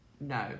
no